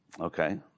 Okay